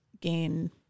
gain